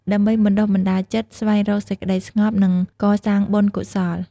ដើម្បីបណ្ដុះបណ្ដាលចិត្ត ស្វែងរកសេចក្តីស្ងប់ និងកសាងបុណ្យកុសល។